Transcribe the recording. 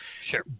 Sure